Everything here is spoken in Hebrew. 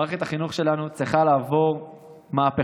מערכת החינוך שלנו צריכה לעבור מהפכה,